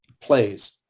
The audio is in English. plays